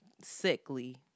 sickly